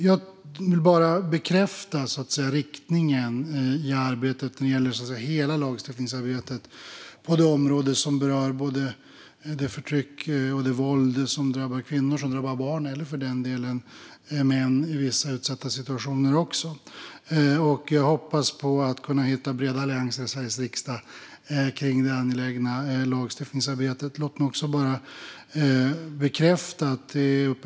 Jag vill bekräfta riktningen i hela lagstiftningsarbetet på det område som berör förtryck och våld som drabbar kvinnor och barn och för den delen även män i vissa utsatta situationer. Jag hoppas hitta breda allianser i Sveriges riksdag för det angelägna lagstiftningsarbetet.